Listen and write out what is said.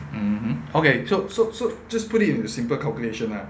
mmhmm okay so so so just put it into simple calculation ah